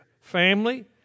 Family